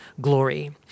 glory